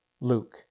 Luke